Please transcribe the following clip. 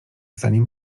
zanim